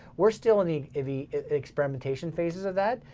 we're still in the in the experimentation phases of that,